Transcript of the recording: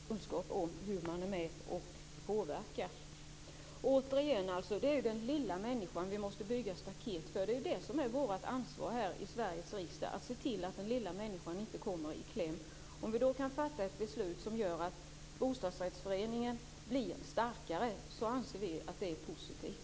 Fru talman! Erfarenheten kan ju komma sig av att man har olika kunskap om hur man är med och påverkar. Återigen vill jag säga att det är den lilla människan vi måste bygga staket för. Det är det som är vårt ansvar här i Sveriges riksdag; att se till att den lilla människan inte kommer i kläm. Om vi då kan fatta ett beslut som gör att bostadsrättsföreningen blir starkare anser vi att det är positivt.